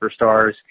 superstars